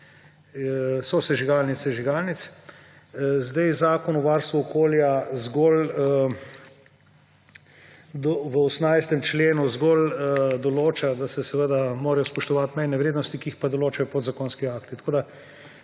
sosežigalnic, sežigalnic. Zdaj Zakon o varstvu okolja zgolj v 18. členu določa, da se morajo spoštovati mejne vrednosti, ki jih pa določajo podzakonski akti.